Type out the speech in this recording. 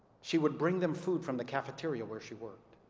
she would bring them food from the cafeteria where she worked.